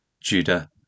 Judah